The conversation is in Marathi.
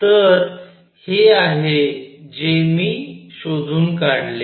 तर हे आहे जे मी शोधून काढले